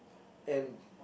and